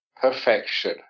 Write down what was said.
perfection